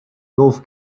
golf